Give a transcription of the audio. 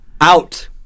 Out